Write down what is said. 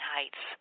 Heights